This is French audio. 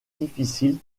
difficile